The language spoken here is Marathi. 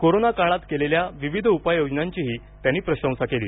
कोरोना काळात केलेल्या विविध उपाययोजनांचीही त्यांनी प्रशंसा केली